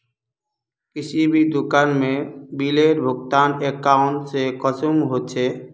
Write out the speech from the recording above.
किसी भी दुकान में बिलेर भुगतान अकाउंट से कुंसम होचे?